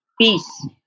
peace